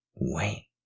wait